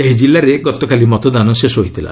ସେହି କିଲ୍ଲା ଗତକାଲି ମତଦାନ ଶେଷ ହୋଇଥିଲା